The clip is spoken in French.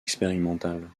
expérimentale